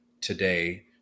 today